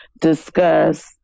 discuss